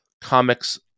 comics